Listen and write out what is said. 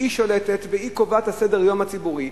שהיא שולטת והיא קובעת את סדר-היום הציבורי,